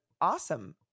awesome